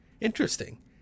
Interesting